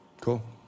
Cool